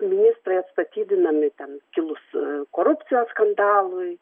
ministrai atstatydinami ten kilus korupcijos skandalui